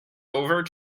over